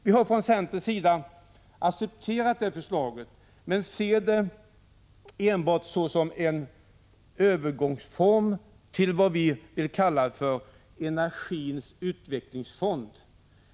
Vi har från centerns sida accepterat det förslaget men ser det enbart såsom en övergångsform till vad vi vill kalla för energins utvecklingsfond.